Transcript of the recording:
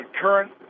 current